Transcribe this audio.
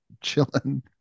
chilling